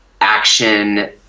action